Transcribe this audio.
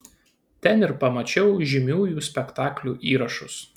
ten ir pamačiau žymiųjų spektaklių įrašus